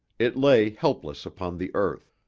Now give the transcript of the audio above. it lay helpless upon the earth,